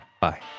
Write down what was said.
Bye